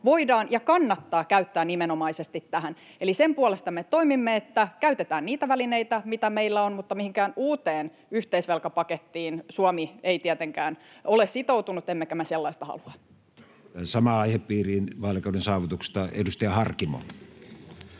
voidaan ja kannattaa käyttää nimenomaisesti tähän. Eli sen puolesta me toimimme, että käytetään niitä välineitä, mitä meillä on, mutta mihinkään uuteen yhteisvelkapakettiin Suomi ei tietenkään ole sitoutunut, emmekä me sellaista halua. [Speech 18] Speaker: Matti Vanhanen Party: